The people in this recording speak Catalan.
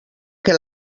que